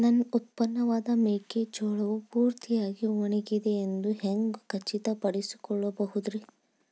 ನನ್ನ ಉತ್ಪನ್ನವಾದ ಮೆಕ್ಕೆಜೋಳವು ಪೂರ್ತಿಯಾಗಿ ಒಣಗಿದೆ ಎಂದು ಹ್ಯಾಂಗ ಖಚಿತ ಪಡಿಸಿಕೊಳ್ಳಬಹುದರೇ?